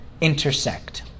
intersect